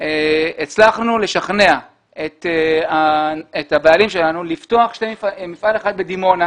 הצלחנו לשכנע את הבעלים שלנו לפתוח מפעל אחד בדימונה,